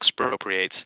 expropriates